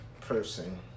person